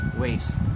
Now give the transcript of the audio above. waste